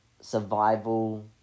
survival